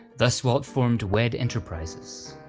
thus walt formed wed enterprises,